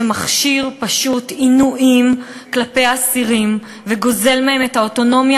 שפשוט מכשיר עינויים כלפי עצירים וגוזל מהם את האוטונומיה